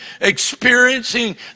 experiencing